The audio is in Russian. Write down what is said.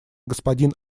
господин